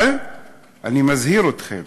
אבל אני מזהיר אתכם